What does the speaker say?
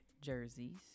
jerseys